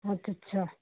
ਅੱਛਾ ਅੱਛਾ